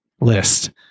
list